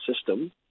system